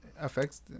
affects